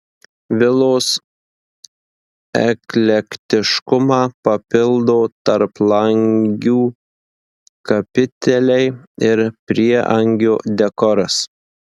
vilos eklektiškumą papildo tarplangių kapiteliai ir prieangio dekoras